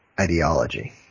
ideology